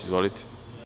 Izvolite.